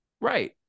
Right